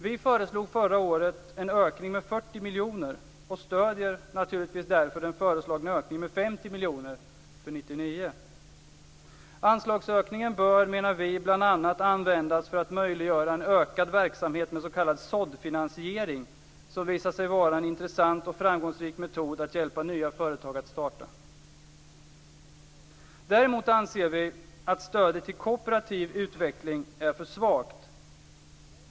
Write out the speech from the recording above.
Vi föreslog förra året en ökning med 40 miljoner och stöder naturligtvis därför den föreslagna ökningen med 50 miljoner för 1999. Anslagsökningen bör, menar vi, bl.a. användas för att möjliggöra en ökad verksamhet med s.k. såddfinansiering, som visat sig vara en intressant och framgångsrik metod att hjälpa nya företag att starta. Däremot anser vi att stödet till kooperativ utveckling är för svagt.